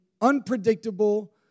unpredictable